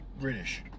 British